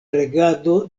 regado